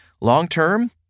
Long-term